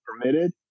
permitted